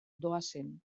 doazen